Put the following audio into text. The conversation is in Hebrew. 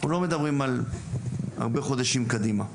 אנחנו לא מדברים על הרבה חודשים קדימה.